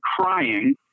crying